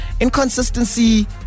Inconsistency